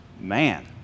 Man